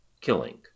killing